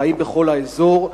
חיים בכל האזור.